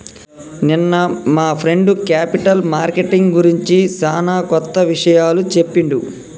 నిన్న మా friend capital marketing గురించి సానా కొత్త విషయాలు చెప్పిండు